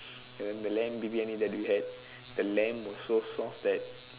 and then the lamb Briyani we had the lamb was so soft that